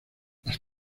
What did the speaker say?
las